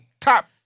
top